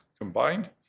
combined